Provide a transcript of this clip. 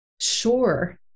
sure